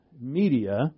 media